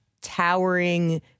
towering